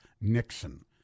Nixon